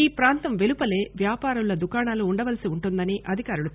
ఈ ప్రాంతం వెలుపలే వ్యాపారుల దుకాణాలు ఉండవలసి వుంటుందని అధికారులు తెలిపారు